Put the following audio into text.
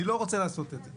אני לא רוצה לעשות את זה,